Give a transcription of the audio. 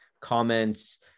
comments